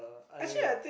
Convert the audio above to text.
I